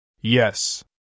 Yes